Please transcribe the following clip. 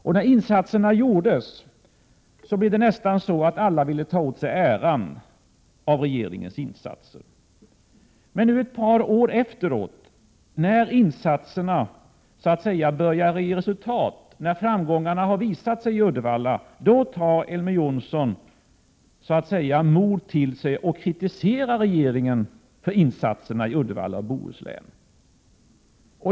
Och när insatserna gjordes ville alla nästan ta åt sig äran för regeringens insatser. Men nu, ett par år efteråt, när insatserna börjar ge resultat och framgångarna har visat sig i Uddevalla, då tar Elver Jonsson mod till sig och kritiserar regeringen för insatserna i Uddevalla och Bohuslän.